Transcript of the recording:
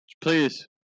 Please